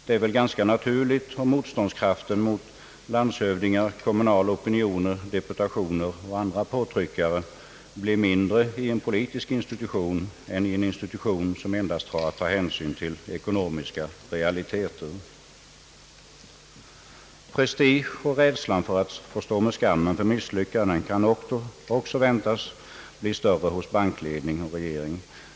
Det är väl ganska naturligt om motståndskraften mot landshövdingar, kommunala opinioner, deputationer och andra påtryckare blir mindre i en politisk institution än i en institution som endast har att ta hänsyn till ekonomiska realiteter. Prestigehänsynen och rädslan för att få stå med skammen för misslyckanden kan också förväntas bli större hos bankledning och regering.